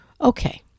Okay